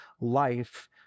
life